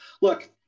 Look